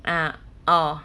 ah orh